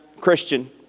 Christian